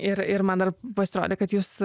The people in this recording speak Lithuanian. ir ir man dar pasirodė kad jūs